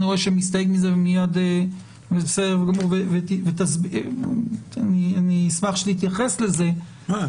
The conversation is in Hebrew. אני רואה שאתה מסתייג מזה ומיד אני אשמח שתתייחס לזה --- לא,